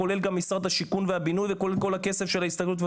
כולל משרד השיכון והבינוי וכולל כל הכסף של ההסתדרות,